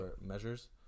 measures